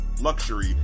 luxury